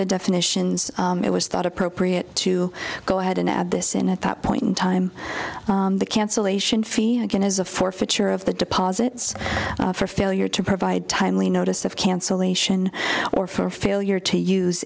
the definitions it was thought appropriate to go ahead and add this in at that point in time the cancellation fee again is a forfeiture of the deposits for failure to provide timely notice of cancellation or for failure to use